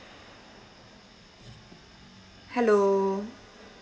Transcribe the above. hello